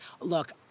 Look